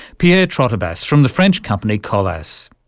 pierre trotobas from the french company colas.